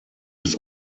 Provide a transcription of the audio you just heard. des